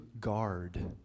guard